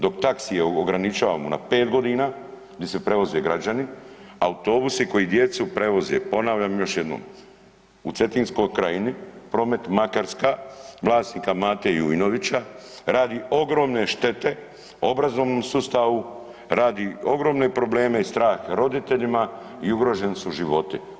Dok taksije ograničavamo na pet godina di se prevoze građani, autobusi koji djecu prevoze ponavljam još jednom u Cetinskoj krajini promet Makarska vlasnika Mate Jujnovića radi ogromne štete obrazovnom sustavu, radi ogromne probleme, strah roditeljima i ugroženi su životi.